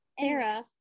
Sarah